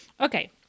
Okay